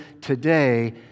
today